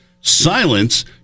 Silence